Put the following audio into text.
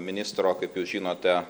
ministro kaip jūs žinote